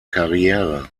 karriere